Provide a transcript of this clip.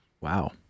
Wow